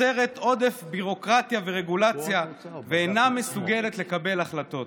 יוצרת עודף ביורוקרטיה ורגולציה ואינה מסוגלת לקבל החלטות.